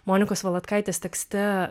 monikos valatkaitės tekste